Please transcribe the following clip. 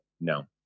no